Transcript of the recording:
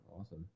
awesome